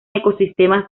ecosistemas